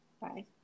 Bye